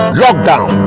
lockdown